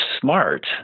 smart